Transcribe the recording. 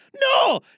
No